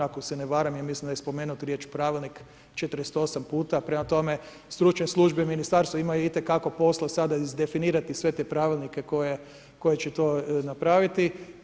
Ako se ne varam, ja mislim da je spomenuta riječ pravilnik 48 puta, prema tome, stručne službe ministarstva imaju itekako posla sada izdefinirati sve te pravilnike koje će to napraviti.